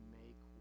make